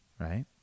right